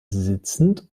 sitzend